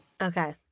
Okay